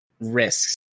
risks